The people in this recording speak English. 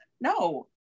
no